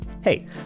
hey